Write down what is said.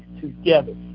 together